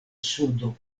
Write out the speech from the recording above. sudo